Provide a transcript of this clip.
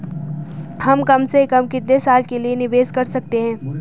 हम कम से कम कितने साल के लिए निवेश कर सकते हैं?